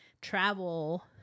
travel